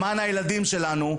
למען הילדים שלנו,